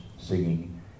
singing